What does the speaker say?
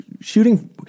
Shooting